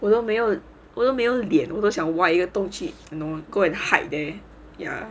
我都没有我都没有脸我都想挖一个洞进去 you know go and hide there ya